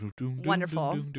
Wonderful